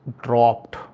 dropped